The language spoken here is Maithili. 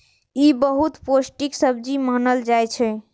ई बहुत पौष्टिक सब्जी मानल जाइ छै